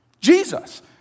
Jesus